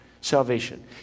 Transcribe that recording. Salvation